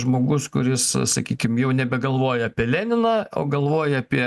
žmogus kuris sa sakykim jau nebegalvoja apie leniną o galvoja apie